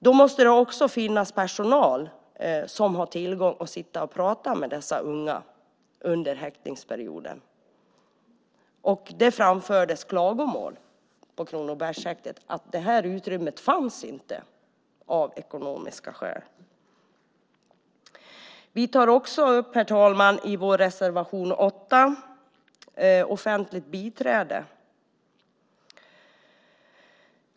Då måste det också finnas personal som har möjlighet att sitta och prata med dessa unga under häktningsperioden. Det framfördes klagomål på Kronobergshäktet om att detta utrymme inte fanns av ekonomiska skäl. Herr talman! I vår reservation 8 tar vi upp frågan om offentligt biträde.